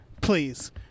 Please